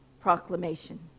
proclamation